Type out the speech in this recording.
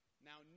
Now